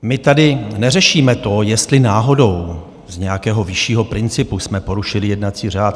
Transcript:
My tady neřešíme to, jestli náhodou z nějakého vyššího principu jsme porušili jednací řád.